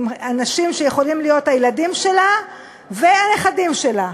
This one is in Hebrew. עם אנשים שיכולים להיות הילדים שלה והנכדים שלה.